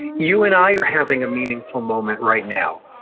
you and i are having a meaningful moment right now.